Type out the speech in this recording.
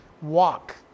Walk